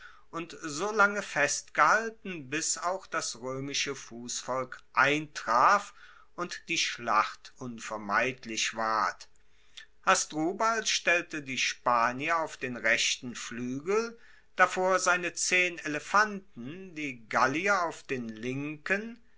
und so lange festgehalten bis auch das roemische fussvolk eintraf und die schlacht unvermeidlich ward hasdrubal stellte die spanier auf den rechten fluegel davor seine zehn elefanten die gallier auf den linken